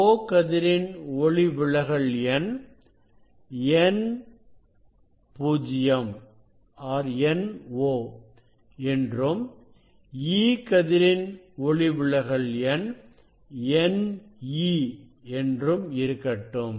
O கதிரின் ஒளிவிலகல் எண் n0 என்றும் E கதிரின் ஒளிவிலகல் எண் ne என்றும் இருக்கட்டும்